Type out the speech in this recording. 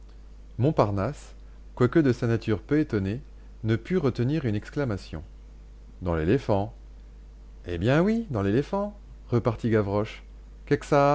montparnasse quoique de sa nature peu étonné ne put retenir une exclamation dans l'éléphant eh bien oui dans l'éléphant repartit gavroche